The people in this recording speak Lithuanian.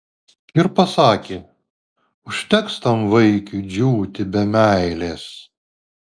ir pasakė užteks tam vaikiui džiūti be meilės